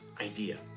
idea